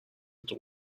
توی